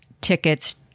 tickets